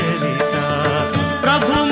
Prabhu